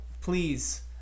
please